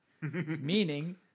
Meaning